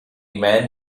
man